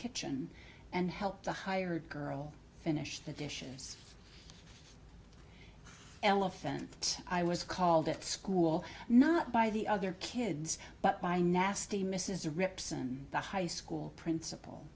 kitchen and help the hired girl finish the dishes elephant i was called at school not by the other kids but by nasty mrs rep's and the high school principal